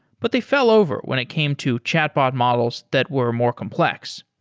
but they fell over when it came to chatbot models that were more complex.